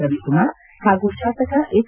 ರವಿಕುಮಾರ್ ಹಾಗೂ ಶಾಸಕ ಎಸ್